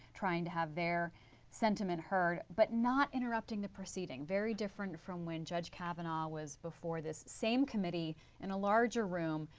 trying to have their sentiment heard. but not interrupting the proceeding. very different from when judge kavanaugh was before this same committee in a larger room,